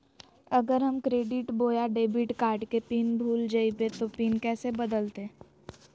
अगर हम क्रेडिट बोया डेबिट कॉर्ड के पिन भूल जइबे तो पिन कैसे बदलते?